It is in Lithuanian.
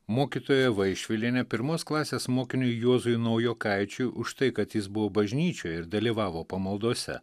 mokytoja vaišvilienė pirmos klasės mokiniui juozui naujokaičiui už tai kad jis buvo bažnyčioje ir dalyvavo pamaldose